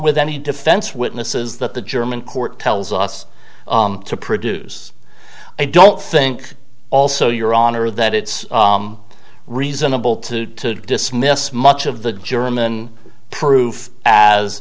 with any defense witnesses that the german court tells us to produce i don't think also your honor that it's reasonable to dismiss much of the german proof as